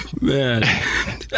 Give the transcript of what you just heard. Man